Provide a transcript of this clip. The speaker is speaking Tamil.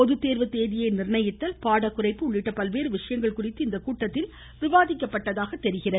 பொதுத்தேர்வு தேதியை நிர்ணயித்தல் பாடக்குறைப்பு உள்ளிட்ட பல்வேறு விஷயங்கள் குறித்து இக்கூட்டத்தில் விவாதிக்கப் பட்டதாகத் தெரிகிறது